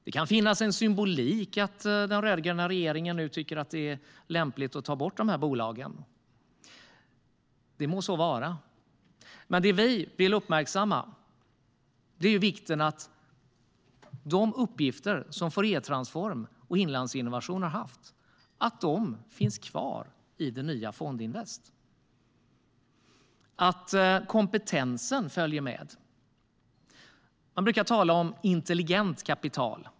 Det kan finnas symbolik i att den rödgröna regeringen nu tycker att det är lämpligt att ta bort dessa bolag. Det må så vara, men det vi vill uppmärksamma är vikten av att de uppgifter som Fouriertransform och Inlandsinnovation har haft finns kvar i det nya Fondinvest, det vill säga att kompetensen följer med. Man brukar tala om intelligent kapital.